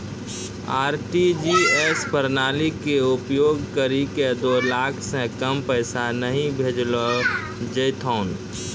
RTGS प्रणाली के उपयोग करि के दो लाख से कम पैसा नहि भेजलो जेथौन